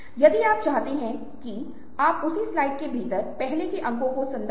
पारस्परिक संबंधों पर प्रभाव बहुत अधिक है और हम पहले ही इस पर चर्चा कर चुके हैं